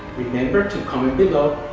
remember to comment below,